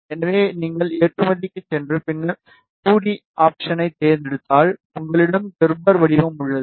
எனவே நீங்கள் ஏற்றுமதிக்குச் சென்று பின்னர் 2 டி ஆப்ஷனை தேர்ந்தெடுத்தால் உங்களிடம் கெர்பர் வடிவம் உள்ளது